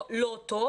לא מה לא טוב,